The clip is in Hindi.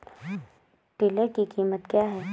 टिलर की कीमत क्या है?